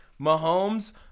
Mahomes